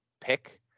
pick